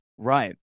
Right